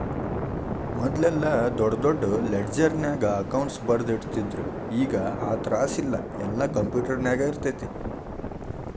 ಮದ್ಲೆಲ್ಲಾ ದೊಡ್ ದೊಡ್ ಲೆಡ್ಜರ್ನ್ಯಾಗ ಅಕೌಂಟ್ಸ್ ಬರ್ದಿಟ್ಟಿರ್ತಿದ್ರು ಈಗ್ ಆ ತ್ರಾಸಿಲ್ಲಾ ಯೆಲ್ಲಾ ಕ್ಂಪ್ಯುಟರ್ನ್ಯಾಗಿರ್ತೆತಿ